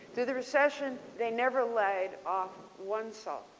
through the recession they never laid off one soul.